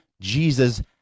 Jesus